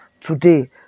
Today